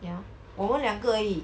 ya 我们两个而已